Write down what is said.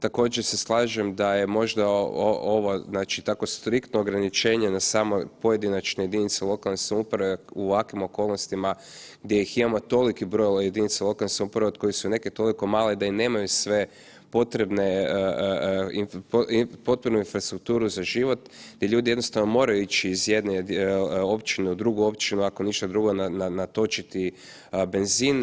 Također se slažem da je možda ovo, tako striktno ograničenje na samo pojedinačne jedinice lokalne samouprave u ovakvim okolnostima gdje ih imamo toliki broj jedinica lokalne samouprave od kojih su neke toliko male da i nemaju sve potrebne, potpunu infrastrukturu za život gdje ljudi jednostavno moraju ići iz jedne općine u drugu općinu, ako ništa drugo natočiti benzin.